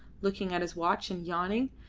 looking at his watch and yawning.